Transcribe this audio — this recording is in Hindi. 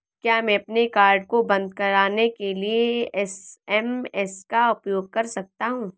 क्या मैं अपने कार्ड को बंद कराने के लिए एस.एम.एस का उपयोग कर सकता हूँ?